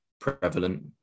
prevalent